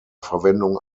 verwendung